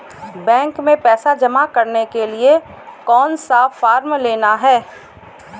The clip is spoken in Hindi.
बैंक में पैसा जमा करने के लिए कौन सा फॉर्म लेना है?